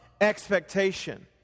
expectation